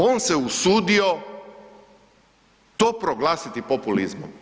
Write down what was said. On se usudio to proglasiti populizmom.